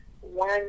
One